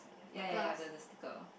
ya ya ya the the stickers